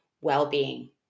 well-being